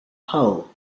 hull